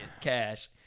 cash